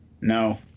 No